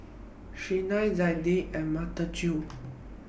Shena Zelda and Mitchell